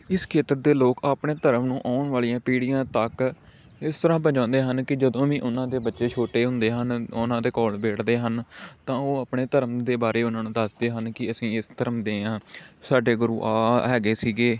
ਇਸ ਖੇਤਰ ਦੇ ਲੋਕ ਆਪਣੇ ਧਰਮ ਨੂੰ ਆਉਣ ਵਾਲੀਆਂ ਪੀੜ੍ਹੀਆਂ ਤੱਕ ਇਸ ਤਰ੍ਹਾਂ ਪਹੁੰਚਾਉਂਦੇ ਹਨ ਕਿ ਜਦੋਂ ਵੀ ਉਨ੍ਹਾਂ ਦੇ ਬੱਚੇ ਛੋਟੇ ਹੁੰਦੇ ਹਨ ਉਨ੍ਹਾਂ ਦੇ ਕੋਲ ਬੈਠਦੇ ਹਨ ਤਾਂ ਉਹ ਆਪਣੇ ਧਰਮ ਦੇ ਬਾਰੇ ਉਨ੍ਹਾਂ ਨੂੰ ਦੱਸਦੇ ਹਨ ਕਿ ਅਸੀਂ ਇਸ ਧਰਮ ਦੇ ਹਾਂ ਸਾਡੇ ਗੁਰੂ ਆ ਆ ਹੈਗੇ ਸੀਗੇ